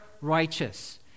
righteous